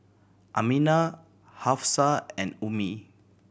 Aminah Hafsa and Ummi